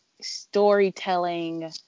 storytelling